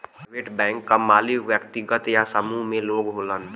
private bank क मालिक व्यक्तिगत या समूह में लोग होलन